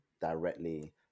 directly